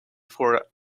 for